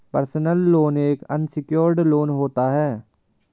personal loan एक unsecured loan होता है